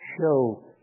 show